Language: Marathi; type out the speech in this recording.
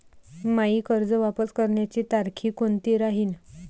मायी कर्ज वापस करण्याची तारखी कोनती राहीन?